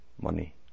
money